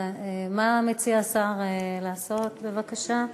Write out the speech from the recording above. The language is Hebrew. מה מציע השר לעשות, בבקשה?